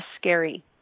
scary